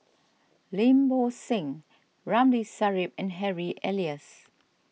Lim Bo Seng Ramli Sarip and Harry Elias